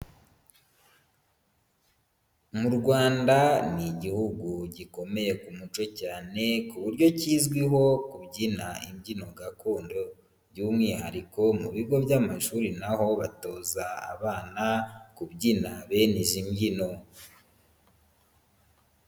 Mu Rwanda ni Igihugu gikomeye ku muco cyane ku buryo kizwiho kubyina imbyino gakondo by'umwihariko mu bigo by'amashuri na ho batoza abana kubyina bene izi mbyino.